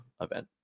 event